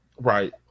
Right